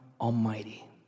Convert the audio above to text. Almighty